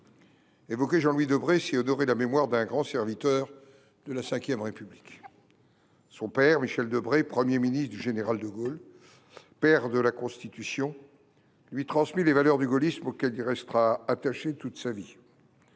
Évoquer Jean Louis Debré, c’est honorer la mémoire d’un grand serviteur de la V République. Son père, Michel Debré, Premier ministre du général de Gaulle, père de la Constitution, lui transmit les valeurs du gaullisme, auxquelles il restera attaché toute sa vie